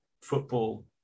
football